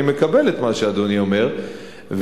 אני מקבל את מה שאדוני אומר,